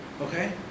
Okay